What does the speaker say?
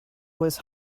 was